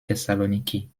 thessaloniki